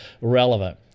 relevant